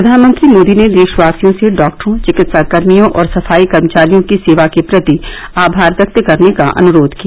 प्रधानमंत्री मोदी ने देशवासियों से डॉक्टरों चिकित्सा कर्मियों और सफाई कर्मचारियों की सेवा के प्रति आभार व्यक्त करने का अनुरोध किया